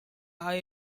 are